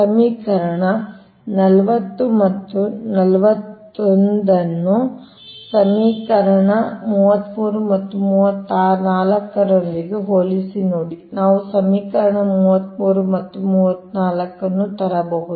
ಸಮೀಕರಣ 40 ಮತ್ತು 41 ಅನ್ನು ಸಮೀಕರಣ 33 ಮತ್ತು 34 ರೊಂದಿಗೆ ಹೋಲಿಸಿ ನೋಡಿ ನಾನು ಸಮೀಕರಣ 33 ಮತ್ತು 34 ಅನ್ನು ತರಬಹುದು